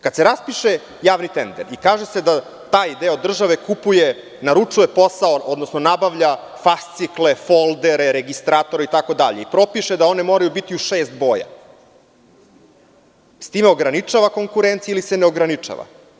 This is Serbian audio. Kada se raspiše javni tender i kaže se da taj deo države kupuje, naručuje posao, odnosno nabavlja fascikle, foldere, registratore itd. i propiše da one moraju biti u šest boja, s time se ograničava konkurenciju ili se ne ograničava.